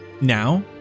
Now